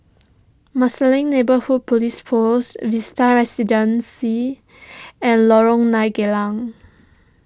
Marsiling Neighbourhood Police Post Vista Residences and Lorong nine Geylang